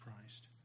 Christ